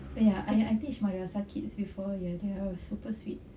ya I teach my mendaki kids before and they were super sweet